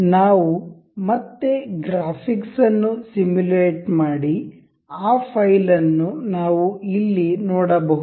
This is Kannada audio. ನಾವು ಮತ್ತೆ ಗ್ರಾಫಿಕ್ಸ್ ಅನ್ನು ಸಿಮ್ಯುಲೇಟ್ ಮಾಡಿ ಆ ಫೈಲ್ ಅನ್ನು ನಾವು ಇಲ್ಲಿ ನೋಡಬಹುದು